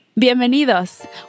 Bienvenidos